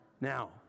Now